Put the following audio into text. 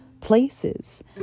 places